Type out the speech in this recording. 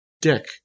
dick